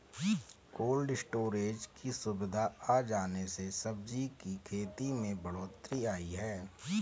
cold storage की सुविधा आ जाने से सब्जी की खेती में बढ़ोत्तरी आई है